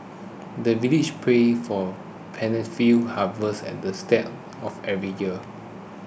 the villagers pray for plentiful harvest and the start of every year